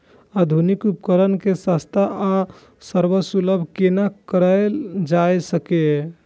आधुनिक उपकण के सस्ता आर सर्वसुलभ केना कैयल जाए सकेछ?